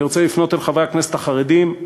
אני רוצה לפנות אל חברי הכנסת החרדים,